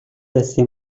байсан